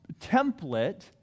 template